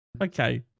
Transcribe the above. okay